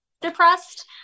depressed